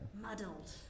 muddled